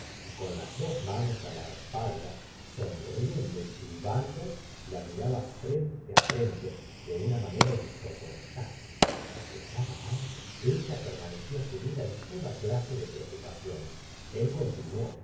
y con las dos manos á la espalda sonriendo y silbando la miraba frente á frente de una manera insoportable sospechaba algo ella permanecía sumida en toda clase de preocupaciones el conti nuó